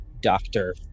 doctor